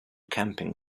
camping